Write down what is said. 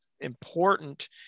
important